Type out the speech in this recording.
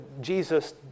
Jesus